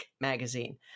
magazine